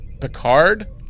picard